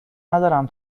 ندارم